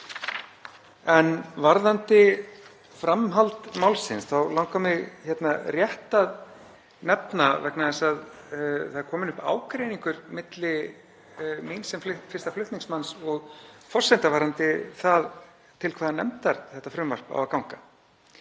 Varðandi framhald málsins þá langar mig rétt að nefna, vegna þess að það er kominn upp ágreiningur milli mín sem fyrsta flutningsmanns og forseta varðandi það til hvaða nefndar þetta frumvarp á að ganga,